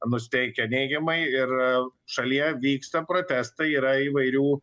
nusiteikę neigiamai ir šalyje vyksta protestai yra įvairių